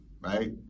right